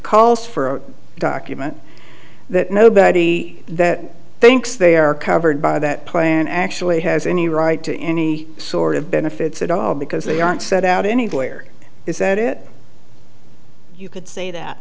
calls for a document that nobody that thinks they are covered by that plan actually has any right to any sort of benefits at all because they aren't set out any where they set it you could say that